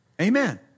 Amen